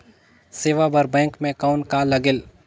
सेवा बर बैंक मे कौन का लगेल?